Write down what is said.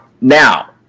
Now